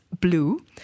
Blue